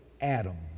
Adam